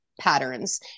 patterns